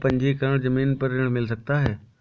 क्या पंजीकरण ज़मीन पर ऋण मिल सकता है?